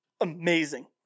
amazing